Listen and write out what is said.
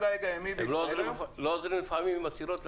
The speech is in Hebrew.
הם לא עוזרים לפעמים עם הסירות לדוג?